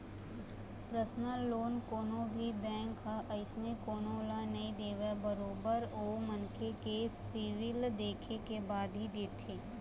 personal loan कोनो भी bank ह अइसने कोनो ल नइ देवय बरोबर ओ मनखे के सिविल देखे के बाद ही देथे